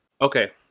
Okay